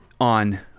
on